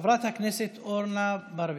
חבר הכנסת רם בן ברק.